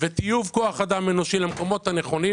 וטיוב כוח אדם אנושי למקומות הנכונים.